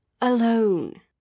alone